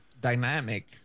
dynamic